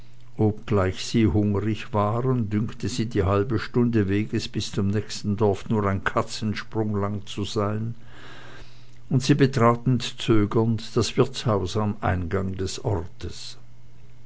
obgleich sie hungrig waren dünkte sie die halbe stunde weges bis zum nächsten dorfe nur ein katzensprung lang zu sein und sie betraten zögernd das wirtshaus am eingang des ortes